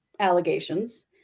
allegations